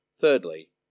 Thirdly